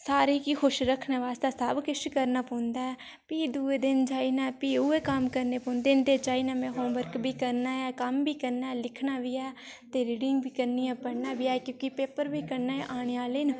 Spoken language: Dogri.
सारें गी खुश रक्खने आस्तै किश करना पौंदा ऐ भी दूए दिन जाई नै भी उ'यै कम्म करने पौंदे न जाई नै में होमवर्क बी करना ऐ ते कम्म बी करना लिखना बी ऐ ते रीडिंग बी करनी ऐ पढ़ना बी ऐ की कि पेपर बी कन्नै गै आने आह्ले न